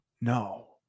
No